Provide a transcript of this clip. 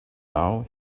now